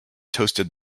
toasted